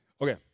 Okay